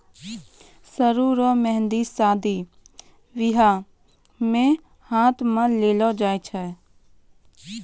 सरु रो मेंहदी शादी बियाह मे हाथ मे लगैलो जाय छै